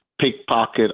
pickpocket